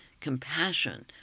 compassion